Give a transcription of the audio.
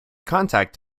contact